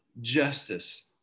justice